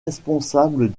responsables